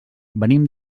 venim